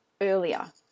earlier